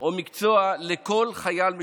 או מקצוע לכל חייל משוחרר,